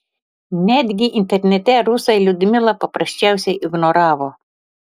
netgi internete rusai liudmilą paprasčiausiai ignoravo